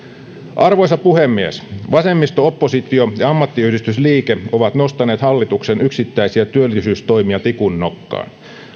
arvoisa puhemies vasemmisto oppositio ja ammattiyhdistysliike ovat nostaneet hallituksen yksittäisiä työllisyystoimia tikun nokkaan